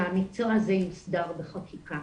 שהמקצוע הזה יוסדר בחקיקה,